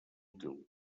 útil